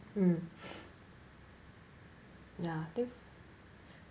mm ya